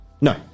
No